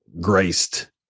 graced